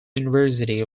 university